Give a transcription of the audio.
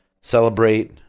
celebrate